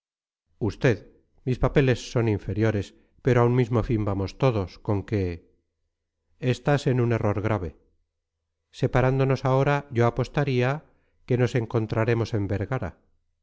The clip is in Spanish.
usted mis papeles son inferiores pero a un mismo fin vamos todos con que estás en un error grave separándonos ahora yo apostaría que nos encontraremos en vergara